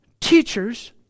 teachers